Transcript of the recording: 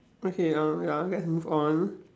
okay um ya let's move on